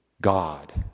God